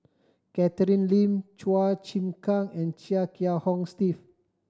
Catherine Lim Chua Chim Kang and Chia Kiah Hong Steve